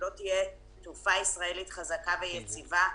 אם לא תהיה תעופה ישראלית חזקה ויציבה,